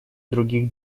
других